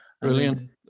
Brilliant